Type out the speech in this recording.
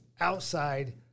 outside